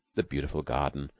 the beautiful garden,